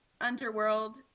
Underworld